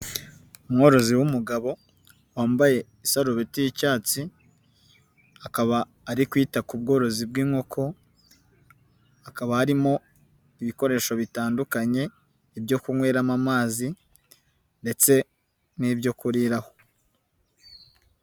Umworozi w'umugabo wambaye isarubeti y'icyatsi, akaba ari kwita ku bworozi bw'inkoko, hakaba harimo ibikoresho bitandukanye, ibyo kunyweramo amazi ndetse n'ibyo kuriraho.